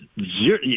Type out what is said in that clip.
zero